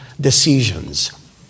decisions